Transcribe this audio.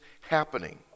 happening